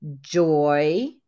joy